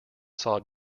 saw